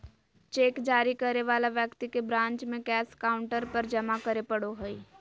cheque जारी करे वाला व्यक्ति के ब्रांच में कैश काउंटर पर जमा करे पड़ो हइ